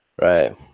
Right